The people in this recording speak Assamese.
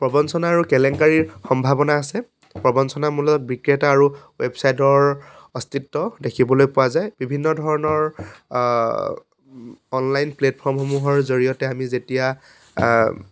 প্ৰবঞ্চনা আৰু কেলেংকাৰীৰ সম্ভাৱনা আছে প্ৰৱঞ্চনামূলক বিক্ৰেতা আৰু ৱেবছাইটৰ অস্তিত্ব দেখিবলৈ পোৱা যায় বিভিন্ন ধৰণৰ অনলাইন প্লেটফৰ্মসমূহৰ জৰিয়তে আমি যেতিয়া